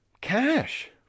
cash